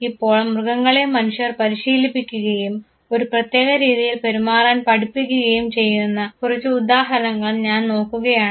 ഇപ്പോൾ മൃഗങ്ങളെ മനുഷ്യർ പരിശീലിപ്പിക്കുകയും ഒരു പ്രത്യേക രീതിയിൽ പെരുമാറാൻ പഠിപ്പിക്കുകയും ചെയ്യുന്ന കുറച്ച് ഉദാഹരണങ്ങൾ ഞാൻ നോക്കുകയാണ്